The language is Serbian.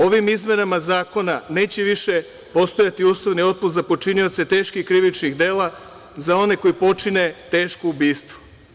Ovim izmenama zakona neće više postojati uslovni otpust za počinioce teških krivičnih dela, za one koji počine teško ubistvo.